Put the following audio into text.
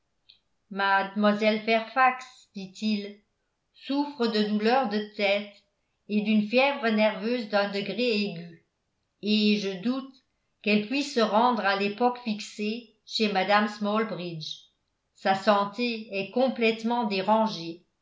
mlle fairfax dit-il souffre de douleurs de tête et d'une fièvre nerveuse d'un degré aigu et je doute qu'elle puisse se rendre à l'époque fixée chez mme smallbridge sa santé est complètement dérangée